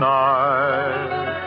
night